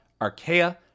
archaea